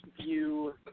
view